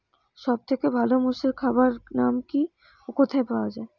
সব থেকে ভালো মোষের খাবার নাম কি ও কোথায় পাওয়া যায়?